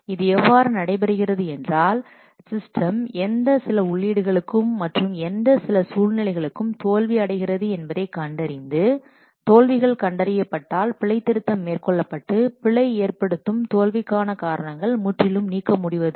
இது எவ்வாறு நடைபெறுகிறது என்றால் சிஸ்டம் எந்த சில உள்ளீடுகளுக்கும் மற்றும் எந்த சில சூழ்நிலைகளுக்கும் தோல்வி அடைகிறது என்பதை கண்டறிந்து தோல்விகள் கண்டறியப்பட்டால் பிழை திருத்தம் மேற்கொள்ளப்பட்டு பிழை ஏற்படுத்தும் தோல்விக்கான காரணங்கள் முற்றிலும் நீக்க முடிவது